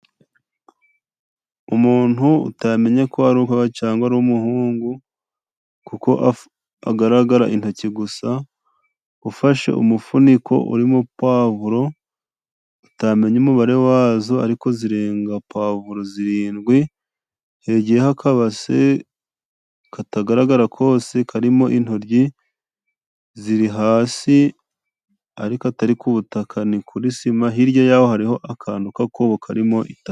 Umuntu utamenya ko ari umukobwa cyangwa ari umuhungu kuko agaragara intoki gusa .Ufashe umufuniko urimo puwavuro utamenya umubare wazo ariko zirenga puwavuro zirindwi. Hegeyeho akabase katagaragara kose karimo intoryi ziri hasi, ariko atari ku butaka ni kuri sima. Hirya yaho hariho akantu k'akobo karimo itaka .